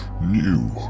New